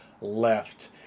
left